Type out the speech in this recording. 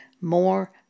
more